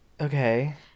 okay